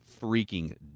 freaking